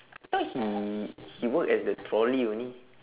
I thought he he work as the trolley only